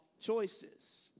choices